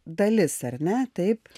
dalis ar ne taip